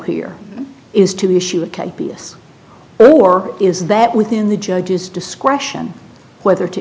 here is to issue a b s or is that within the judge's discretion whether to